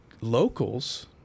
locals